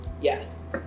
Yes